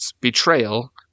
betrayal